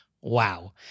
wow